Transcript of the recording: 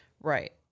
Right